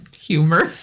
humor